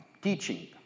teaching